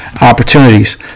opportunities